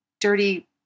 dirty